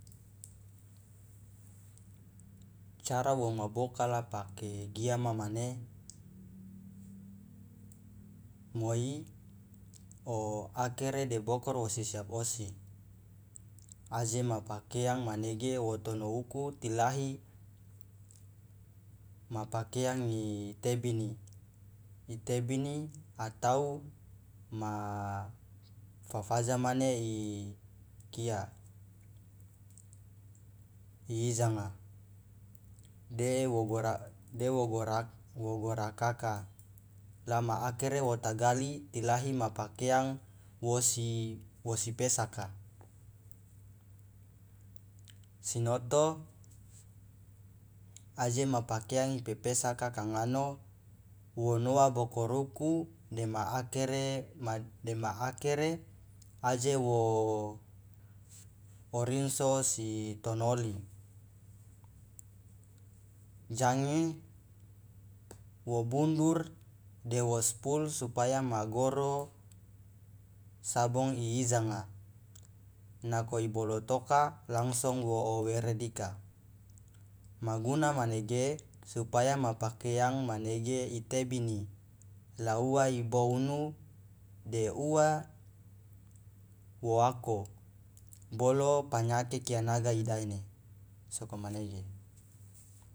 Cara woma bokala pake giama mane moi o akere de bokol wosi siap osi aje ma pakeang manege wo tono uku tilahi ma pakeang itebini itebini atau ma fafaja mane i kia iijanga de wogorakaka la ma akere wa tagali tilahi ma pakeang wosi wosi pesaka sinoto aje ma pakeang ipepesaka kangano wo noa bokol uku dema akere aje wo rinso wosi tonoli jange wo bundur de wospul supaya ma goro sabong iijanga nako ibolotoka langsung wo woere dika ma guna manege supaya ma pakeang manege itebini la uwa ibounu de uwa wo ako bolo panyake kia naga idaene sokomanege.